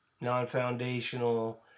non-foundational